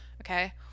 Okay